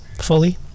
fully